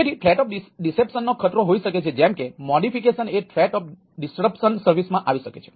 તેથી ત્યાં threat of disruption આવે છે